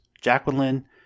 Jacqueline